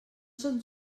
són